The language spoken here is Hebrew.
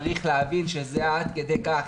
צריך להבין שזה עד כדי כך.